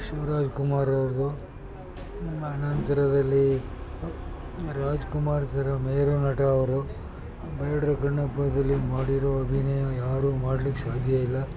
ಶಿವರಾಜ್ಕುಮಾರ್ ಅವ್ರದ್ದು ಆನಂತರದಲ್ಲಿ ರಾಜ್ಕುಮಾರ್ ಸರ್ ಮೇರುನಟ ಅವರು ಬೇಡರ ಕಣ್ಣಪ್ಪದಲ್ಲಿ ಮಾಡಿರೋ ಅಭಿನಯ ಯಾರೂ ಮಾಡ್ಲಿಕ್ಕೆ ಸಾಧ್ಯ ಇಲ್ಲ